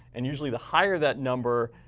and usually, the higher that number,